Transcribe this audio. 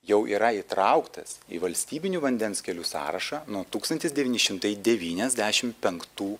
jau yra įtrauktas į valstybinių vandens kelių sąrašą nuo tūkstantis devyni šimtai devyniasdešimt penktų